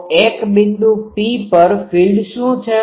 તો એક બિંદુ P પર ફિલ્ડ શું છે